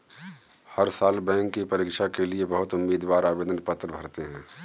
हर साल बैंक की परीक्षा के लिए बहुत उम्मीदवार आवेदन पत्र भरते हैं